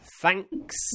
thanks